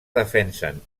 defensen